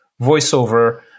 voiceover